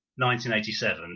1987